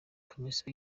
komisiyo